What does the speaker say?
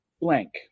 Blank